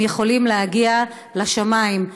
הם יכולים להגיע לשמיים,